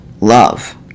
love